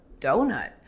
donut